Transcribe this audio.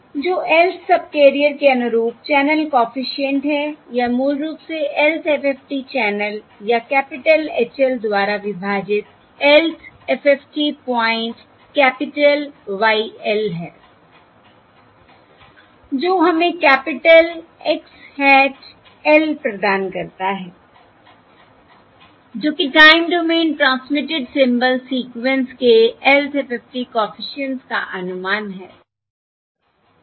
जो lth subcarrier के अनुरूप चैनल कॉफिशिएंट है या मूल रूप से lth FFT चैनल या कैपिटल H l द्वारा विभाजित lth FFT point capital Y l है जो हमें कैपिटल X hat l प्रदान करता है जो कि time domain transmitted symbol sequence के lth FFT कॉफिशिएंट्स का अनुमान है